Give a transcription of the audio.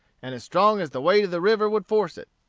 and as strong as the weight of the river would force it.